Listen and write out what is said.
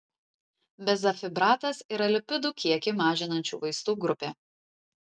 bezafibratas yra lipidų kiekį mažinančių vaistų grupė